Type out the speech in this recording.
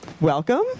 Welcome